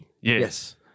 Yes